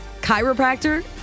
chiropractor